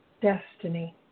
destiny